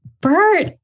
Bert